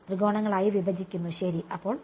ത്രികോണങ്ങൾ ആയി വിഭജിക്കുന്നു ശരി അപ്പോൾ